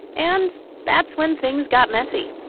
and that's when things got messy